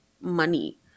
money